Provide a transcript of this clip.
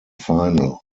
final